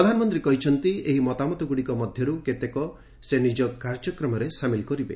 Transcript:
ପ୍ରଧାନମନ୍ତ୍ରୀ କହିଛନ୍ତି ଏହି ମତାମତଗୁଡ଼ିକ ମଧ୍ୟରୁ କେତେକ ସେ ନିଜ କାର୍ଯ୍ୟକ୍ରମରେ ସାମିଲ କରିବେ